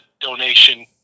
donation